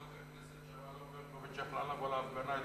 חברת הכנסת שמאלוב-ברקוביץ יכלה לבוא להפגנה,